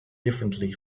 differently